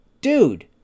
dude